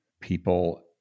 people